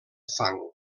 fang